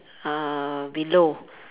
uh below